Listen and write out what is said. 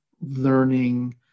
learning